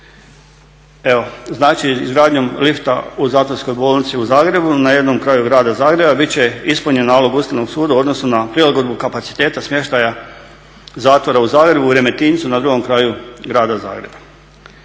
Evo znači izgradnjom lifta u Zatvorskoj bolnici u Zagrebu na jednom kraju grada Zagreba bit će ispunjen nalog Ustavnog suda u odnosu na prilagodbu kapaciteta smještaja Zatvora u Zagrebu i Remetincu na drugom kraju grada zagreba.